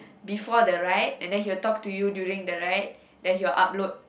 before the ride and then he will talk to you during the ride then he will upload